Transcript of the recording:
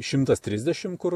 šimtas trisdešim kur